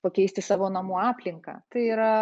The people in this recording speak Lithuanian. pakeisti savo namų aplinką tai yra